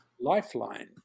Lifeline